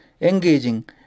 engaging